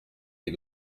les